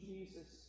Jesus